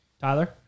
Tyler